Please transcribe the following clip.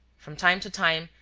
from time to time,